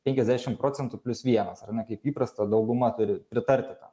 penkiasdešim procentų plius vienas ar ne kaip įprasta dauguma turi pritarti tam